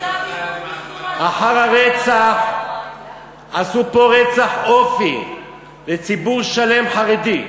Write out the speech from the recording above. אחר הרצח עשו פה רצח אופי לציבור שלם, חרדי.